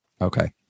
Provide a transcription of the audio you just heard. Okay